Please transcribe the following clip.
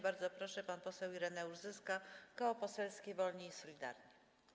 Bardzo proszę, pan poseł Ireneusz Zyska, Koło Poselskie Wolni i Solidarni.